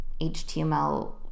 HTML